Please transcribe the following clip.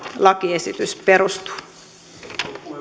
lakiesitys perustuu